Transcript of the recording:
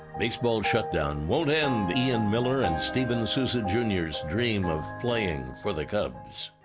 baseball's shut down won't end ian miller and steven souza jr s dream of playing for the cubs.